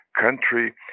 country